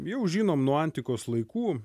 jau žinom nuo antikos laikų